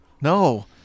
No